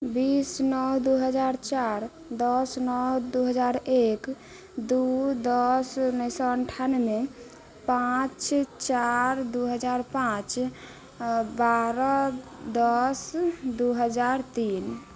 बीस नओ दू हजार चारि दस नओ दू हजार एक दू दस उनैस सओ अनठानवे पाँच चार दू हजार पाँच बारह दस दू हजार तीन